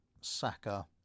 Saka